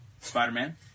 Spider-Man